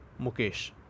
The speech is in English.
Mukesh